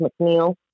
McNeil